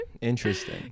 interesting